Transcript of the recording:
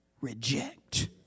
reject